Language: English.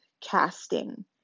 casting